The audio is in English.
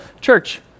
church